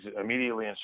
immediately